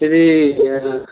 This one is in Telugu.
ఇదీ